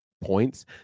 points